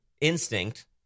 instinct